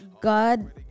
God